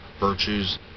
virtues